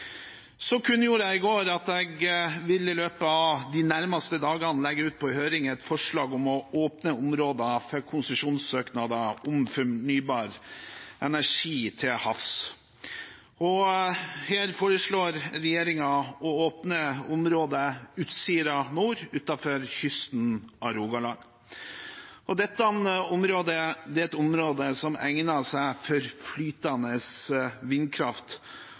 Så vil jeg også uttrykke at jeg er glad for den enigheten som jeg oppfatter at mange representanter uttrykker fra talerstolen, om potensialet her. Jeg kunngjorde i går at jeg i løpet av de nærmeste dagene vil legge ut på høring et forslag om å åpne områder for konsesjonssøknader om fornybar energi til havs. Her foreslår regjeringen å åpne området Utsira Nord utenfor kysten av Rogaland. Dette området